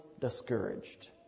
discouraged